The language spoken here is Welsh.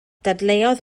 dadleuodd